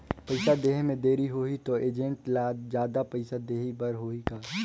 पइसा देहे मे देरी होही तो एजेंट ला जादा पइसा देही बर होही का?